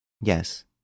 Yes